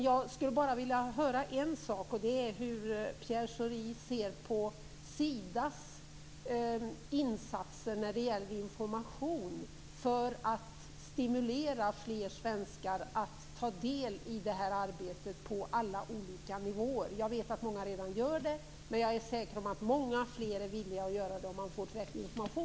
Jag skulle bara vilja veta en sak, och det är hur Pierre Schori ser på Sidas insatser när det gäller information för att stimulera fler svenskar att ta del i det här arbetet på alla olika nivåer. Jag vet att många redan gör det, men jag är säker på att många fler är villiga att göra det om man får tillräcklig information.